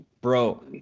Bro